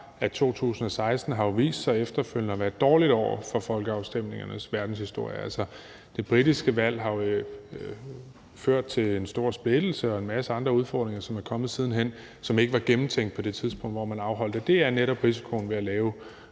at 2016 jo har vist sig efterfølgende at være et dårligt år for folkeafstemningernes verdenshistorie. Altså, det britiske valg har jo ført til en stor splittelse og en masse andre udfordringer, som er kommet siden hen, og som ikke var gennemtænkt på det tidspunkt, hvor man afholdte folkeafstemningen. Og det er netop risikoen ved at lave